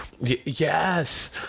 yes